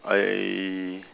I